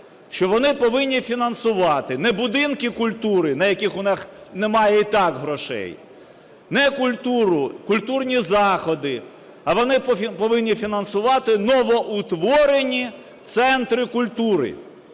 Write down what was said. що вони повинні фінансувати не будинки культури, на яких немає і так грошей, не культуру, культурні заходи, а вони повинні фінансувати новоутворені центри культури.